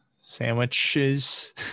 sandwiches